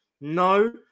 No